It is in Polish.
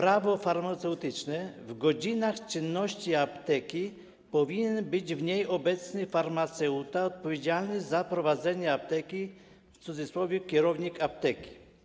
Prawo farmaceutyczne w godzinach czynności apteki powinien być w niej obecny farmaceuta odpowiedzialny za prowadzenie apteki, w cudzysłowie: kierownik apteki.